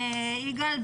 יגאל.